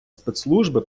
спецслужби